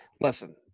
Listen